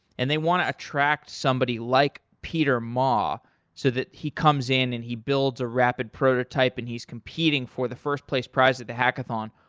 and they want to attract somebody like peter ma so that he comes in and he builds a rapid prototype and he's competing for the first place prize of the hackathon,